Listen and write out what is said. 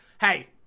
hey